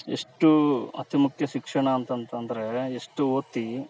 ಎಷ್ಟು ಅತಿ ಮುಖ್ಯ ಶಿಕ್ಷಣ ಅಂತಂತಂದರೆ ಎಷ್ಟು ಓದ್ತೀವಿ